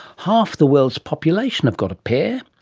half the world's population have got a pair.